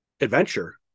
adventure